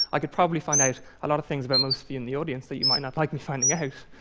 i could probably find out a lot of things about most of you in the audience that you might not like me finding out.